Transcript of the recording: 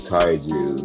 Kaiju